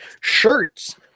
shirts